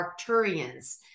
Arcturians